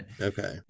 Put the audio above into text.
Okay